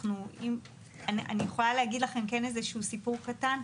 אני יכולה להגיד לכם סיפור קטן,